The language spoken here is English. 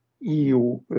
EU